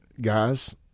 guys